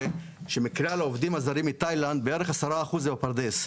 העובדים הזרים מתאילנד, בערך 10% הם בפרדס.